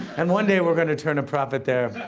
and one day we're gonna turn a profit there.